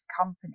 company